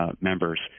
members